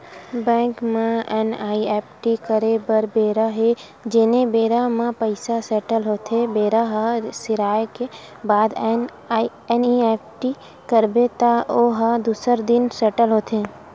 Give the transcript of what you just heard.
bank म NEFT करे बर बेरा हे जेने बेरा म पइसा सेटल होथे बेरा ह सिराए के बाद एन.ई.एफ.टी करबे त ओ ह दूसर दिन सेटल होथे